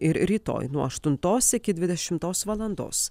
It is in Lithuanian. ir rytoj nuo aštuntos iki dvidešimtos valandos